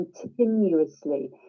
continuously